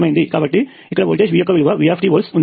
కాబట్టి ఇక్కడ voltage v యొక్క విలువ Vt వోల్ట్ ఉంది